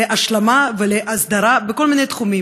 להשלמה ולהסדרה בכל מיני תחומים.